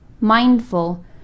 mindful